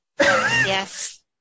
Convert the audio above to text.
Yes